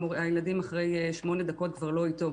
הילדים אחרי 8 דקות כבר לא איתו,